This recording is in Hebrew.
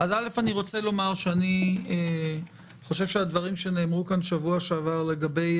אני חושב שהדברים שנאמרו כאן בשבוע שעבר לגבי